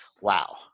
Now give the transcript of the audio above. wow